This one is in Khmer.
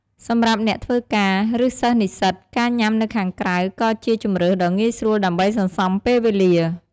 សម្រាប់អ្នកធ្វើការ ឬសិស្សនិស្សិត ការញ៉ាំនៅខាងក្រៅក៏ជាជម្រើសដ៏ងាយស្រួលដើម្បីសន្សំពេលវេលា។